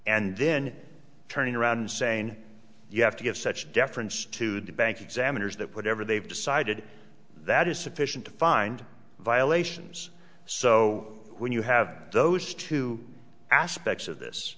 and then turning around and saying you have to give such deference to the bank examiners that whatever they've decided that is sufficient to find violations so when you have those two aspects of this